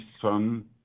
son